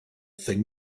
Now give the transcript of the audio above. thing